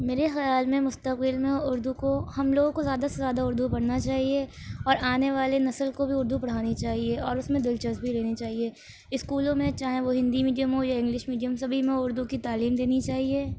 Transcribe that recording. میرے خیال میں مستقبل میں اردو کو ہم لوگوں کو زیادہ سے زیادہ اردو پڑھنا چاہیے اور آنے والے نسل کو اردو پڑھانی چاہیے اور اس میں دلچسپی لینی چاہیے اسکولوں میں چاہے وہ ہندی میڈیم ہو یا انگلش میڈیم سبھی میں اردو کی تعلیم دینی چاہیے